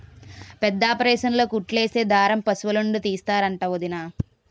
పెద్దాపరేసన్లో కుట్లేసే దారం పశులనుండి తీస్తరంట వొదినా